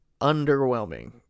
underwhelming